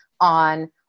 on